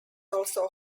also